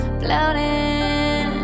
floating